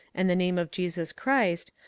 and the name of jesus christ,